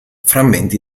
frammenti